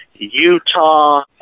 Utah